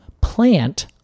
plant